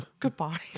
Goodbye